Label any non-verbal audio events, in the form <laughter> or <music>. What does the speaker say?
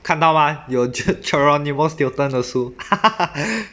看到吗有 ger~ geronimo stilton 的书 <laughs>